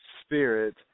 Spirit